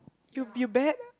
you you bet lah